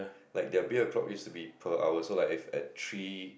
like the beer clock used to be per hour so like if at three